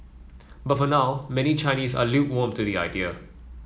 but for now many Chinese are lukewarm to the idea